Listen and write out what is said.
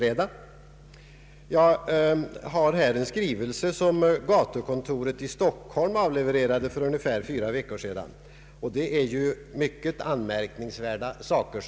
Jag har här en skrivelse som gatukontoret i Stockholm avlevererade för ungefär fyra veckor sedan och som innehåller mycket anmärkningsvärda saker.